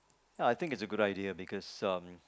ya I think it's a good idea because um